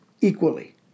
equally